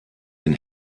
den